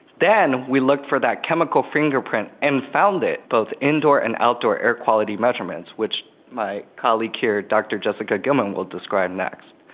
then we looked for that chemical fingerprint and found it, both indoor and outdoor air quality measurements, which my colleague here dr jessica gilman will describe next.